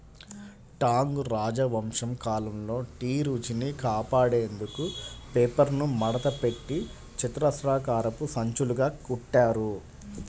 Tang రాజవంశం కాలంలో tea రుచిని కాపాడేందుకు పేపర్ను మడతపెట్టి చతురస్రాకారపు సంచులుగా కుట్టారు